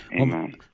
Amen